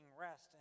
rest